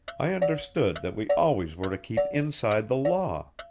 i understood that we always were to keep inside the law.